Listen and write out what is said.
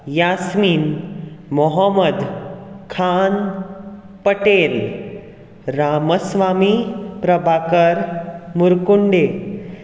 Yasmin Mohammed Khan Patel Ramaswamy Prabhakar Murkunde